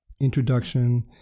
introduction